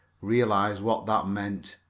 realized what that meant.